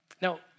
Now